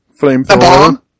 Flamethrower